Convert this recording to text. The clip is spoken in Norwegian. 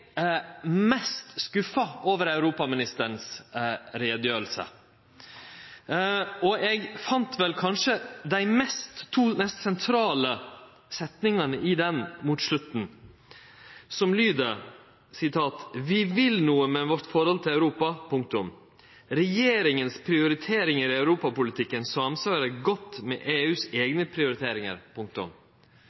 mest skuffa over europaministerens utgreiing. Eg fann vel kanskje dei mest sentrale setningane i ho mot slutten, og dei lyder: «Vi vil noe med vårt forhold til Europa. Regjeringens prioriteringer i europapolitikken samsvarer godt med EUs egne prioriteringer.»